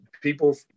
people